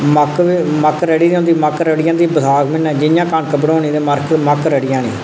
मक्क रढ़ी दी होंदी मक्क रढ़ी दी होंदी बसाख म्हीनै जि'यां कनक बढ़ोनी इ'यां मक्क रढ़ी जानी